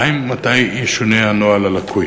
2. מתי ישונה הנוהל הלקוי?